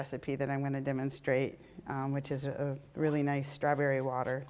recipe that i'm going to demonstrate which is a really nice strawberry water